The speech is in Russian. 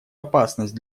опасность